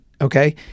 okay